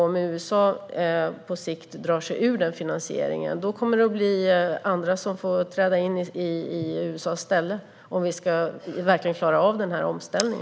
Om USA på sikt drar sig ur finansieringen kommer andra att få träda in i deras ställe om vi ska klara av denna omställning.